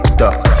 duck